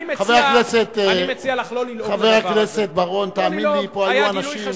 חבר הכנסת בר-און, תאמין לי, פה היו אנשים,